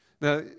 Now